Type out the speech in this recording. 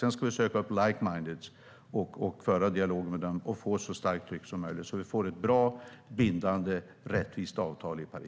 Sedan ska vi söka upp like-minded, föra dialog med dem och få ett så starkt tryck som möjligt så att vi får ett bra bindande och rättvist avtal i Paris.